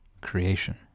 creation